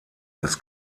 des